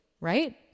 right